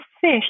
fish